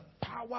power